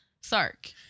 Sark